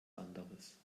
anderes